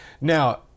Now